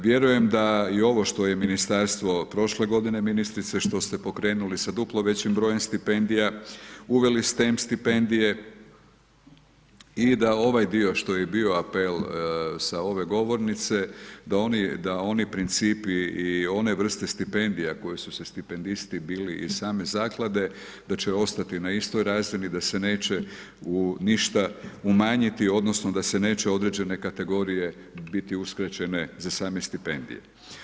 Vjerujem da i ovo što je ministarstvo prošle godine ministrice što ste pokrenuli sa duplo većim brojem stipendija, uveli stem stipendije i da ovaj dio što je bio sa ove govornice, da oni principi i one vrste stipendija koja su se stipendisti bili iz same zaklade, da će ostati na istoj razini da se neće ništa umanjiti odnosno da se neće određene kategorije biti uskraćene za same stipendije.